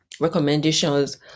recommendations